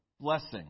blessing